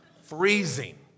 Freezing